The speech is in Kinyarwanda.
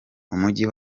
umujyi